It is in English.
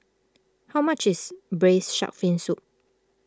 how much is Braised Shark Fin Soup